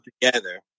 together